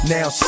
Now